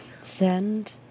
send